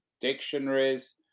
dictionaries